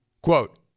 quote